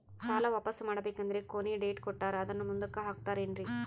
ಸಾಲ ವಾಪಾಸ್ಸು ಮಾಡಬೇಕಂದರೆ ಕೊನಿ ಡೇಟ್ ಕೊಟ್ಟಾರ ಅದನ್ನು ಮುಂದುಕ್ಕ ಹಾಕುತ್ತಾರೇನ್ರಿ?